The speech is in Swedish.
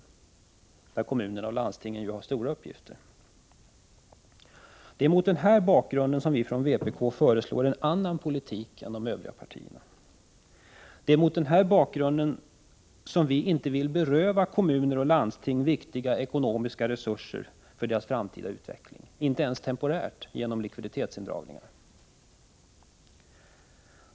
Där har ju kommuner och landsting stora uppgifter. — Det är mot den här bakgrunden vi från vpk föreslår en annan politik än de övriga partierna. — Det är mot den här bakgrunden som vi inte vill beröva kommuner och landsting viktiga ekonomiska resurser för deras framtida utveckling, inte ens temporärt genom likviditetsindragningen.